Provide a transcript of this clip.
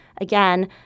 again